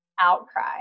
outcry